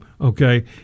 Okay